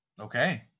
Okay